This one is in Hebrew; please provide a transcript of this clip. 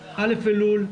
א' אלול,